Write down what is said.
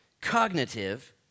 cognitive